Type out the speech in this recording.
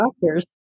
doctors